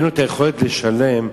אין לו היכולת לשלם,